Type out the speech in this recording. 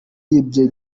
yibye